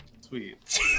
Sweet